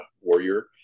warrior